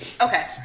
Okay